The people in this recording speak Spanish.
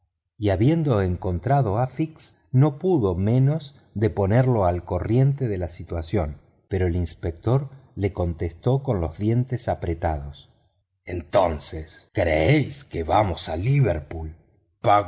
y habiendo encontrado a fix no pudo menos de ponerlo al corriente de la situación pero el inspector le contestó con los dientes apretados entonces creéis que vamos a liverpool